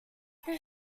does